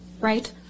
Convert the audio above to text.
right